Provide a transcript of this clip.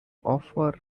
offer